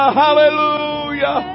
hallelujah